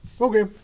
Okay